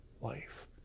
life